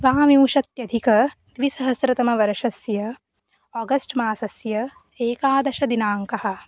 द्वाविंशत्यधिक द्विसहस्रतमवर्षस्य आगस्ट्मासस्य एकादशदिनाङ्कः